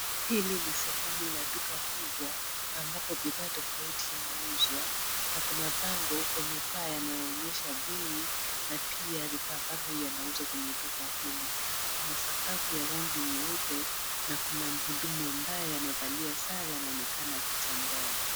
Hili ni sehemu la duka kubwa ambapo bidhaa tofauti yanauzwa na kuna bango kwenye paa yanayoonyesha bei na pia bidhaa ambayo inauzwa kwenye duka hili. Kuna sakafu ya rangi nyeupe na kuna mhudumu ambaye amevalia sare anaonekana akitembea.